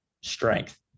Strength